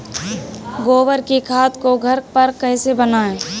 गोबर की खाद को घर पर कैसे बनाएँ?